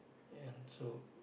ya so